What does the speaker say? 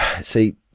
See